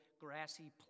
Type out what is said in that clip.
grassy